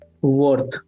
worth